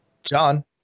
John